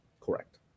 Correct